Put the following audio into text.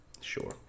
sure